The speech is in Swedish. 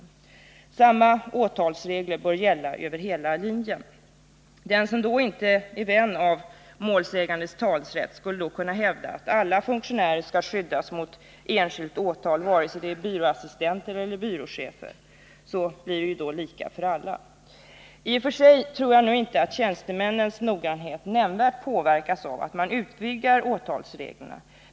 Vidare bör samma åtalsregler gälla över hela linjen. Den som då inte är vän av målsägandes talerätt skulle då kunna hävda att alla funktionärer skall skyddas mot enskilt åtal vare sig de är byråassistenter eller byråchefer. Så blir det då lika för alla. I och för sig tror jag nu inte att tjänstemännens noggrannhet nämnvärt påverkas av att man utvidgar åtalsreglerna.